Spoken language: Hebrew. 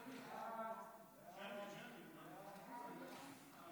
הצעת סיעות ש"ס ויהדות התורה להביע